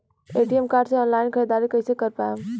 ATM card से online ख़रीदारी कइसे कर पाएम?